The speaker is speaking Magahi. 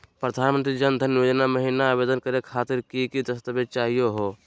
प्रधानमंत्री जन धन योजना महिना आवेदन करे खातीर कि कि दस्तावेज चाहीयो हो?